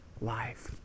life